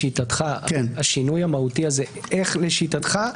השינוי המהותי הזה איך, לשיטתך,